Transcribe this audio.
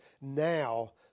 now